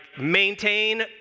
maintain